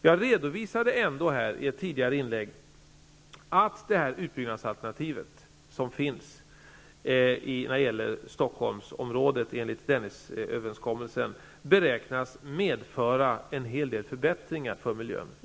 Jag redovisade i ett tidigare inlägg att det utbyggnadsalternativ som finns för Dennisöverenskommelsen beräknas medföra en hel del förbättringar för miljön.